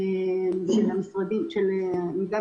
כלומר,